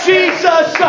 Jesus